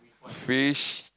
fish